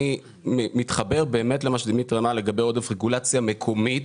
אני מתחבר באמת למה שדימיטרי אמר לגבי עודף רגולציה מקומית.